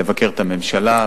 לבקר את הממשלה.